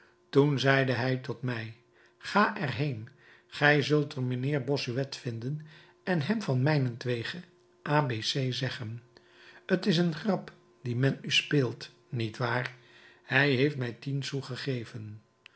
toen zeide hij tot mij ga er heen gij zult er mijnheer bossuet vinden en hem van mijnentwege a b c zeggen t is een grap die men u speelt niet waar hij heeft mij